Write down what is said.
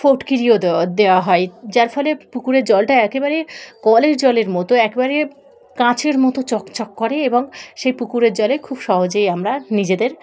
ফটকিরিও দেওয় দেওয়া হয় যার ফলে পুকুরের জলটা একেবারে কলের জলের মতো একেবারে কাঁচের মতো চকচক করে এবং সেই পুকুরের জলে খুব সহজেই আমরা নিজেদের